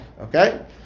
Okay